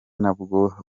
nabwo